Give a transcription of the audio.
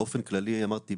באופן כללי אמרתי,